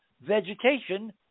vegetation